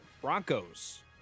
Broncos